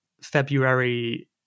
February